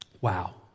Wow